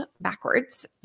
backwards